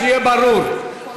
שיהיה ברור,